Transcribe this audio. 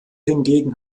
hingegen